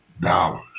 dollars